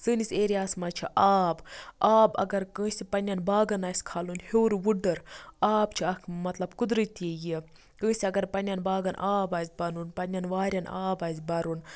سٲنِس ایریا ہَس مَنٛز چھِ آب آب اگر کٲنٛسہِ پَننٮ۪ن باغَن آسہِ کھالُن ہیٚور وُڑٕر آب چھُ اکھ مَطلَب اکھ قُدرتی یہِ کٲنٛسہِ اگر پَننٮ۪ن آب آسہِ بَرن پننٮ۪ن وارٮ۪ن آب آسہِ بَرُن